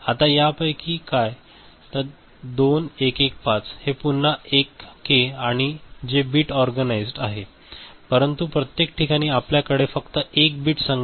आता यापैकी काय 2115 हे पुन्हा 1K आहे जे बिट ऑर्गनाइज्ड आहे परंतु प्रत्येक ठिकाणी आपल्याकडे फक्त 1 बिट संग्रहित आहे